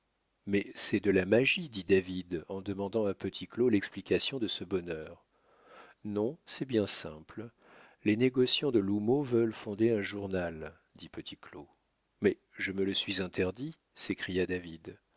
mais c'est de la magie dit david en demandant à petit claud l'explication de ce bonheur non c'est bien simple les négociants de l'houmeau veulent fonder un journal dit petit claud mais je me le suis interdit s'écria david